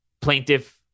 plaintiff